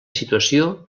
situació